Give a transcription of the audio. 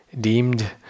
deemed